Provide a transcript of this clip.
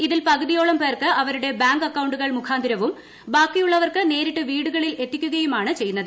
ഇതിൽ പകുതിയോളം ഷ്ട്ര്ക്ക് അവരുടെ ബാങ്ക് അക്കൌണ്ടുകൾ മുഖാന്തിരവും ബാക്കിയുള്ള്വർക്ക് നേരിട്ട് വീടുകളിൽ എത്തിക്കുകയുമാണ് ചെയ്യുന്നത്